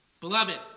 Beloved